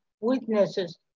witnesses